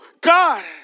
God